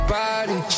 body